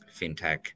Fintech